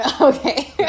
Okay